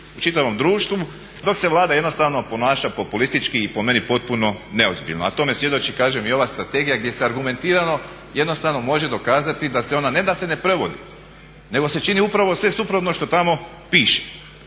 u čitavom društvu dok se Vlada ponaša populistički i po meni potpuno neozbiljno. A tome svjedoči kažem i ova strategija gdje se argumentirano može dokazati da se ne da se ona ne prevodi nego se čini upravo sve suprotno što tamo piše.